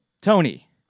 Tony